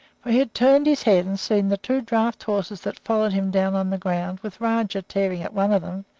for he had turned his head and seen the two draft-horses that followed him down on the ground, with rajah tearing at one of them,